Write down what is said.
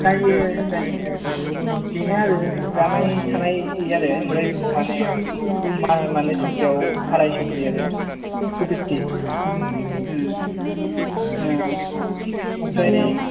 जायो जायो जायो बेनो आरो जानाय थानाय आरो माने माने सानसेयाव आरायस' खरि आरो थु फिफ्ति ओमफ्राय